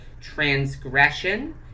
transgression